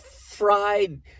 fried